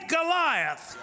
Goliath